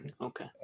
Okay